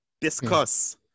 Discuss